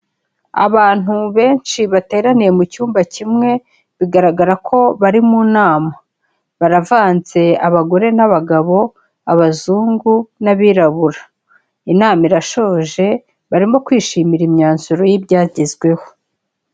Abantu benshi bateraniye mu cyumba kimwe, bigaragara ko bari mu nama. Baravanze abagore n'abagabo, abazungu n'abirabura. Inama irashoje, barimo kwishimira imyanzuro y'ibyagezweho.